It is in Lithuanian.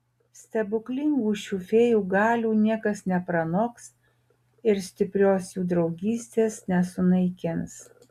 stebuklingų šių fėjų galių niekas nepranoks ir stiprios jų draugystės nesunaikins